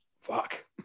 fuck